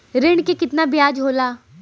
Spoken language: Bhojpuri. ऋण के कितना ब्याज होला?